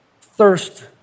thirst